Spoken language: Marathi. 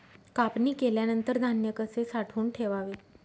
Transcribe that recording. कापणी केल्यानंतर धान्य कसे साठवून ठेवावे?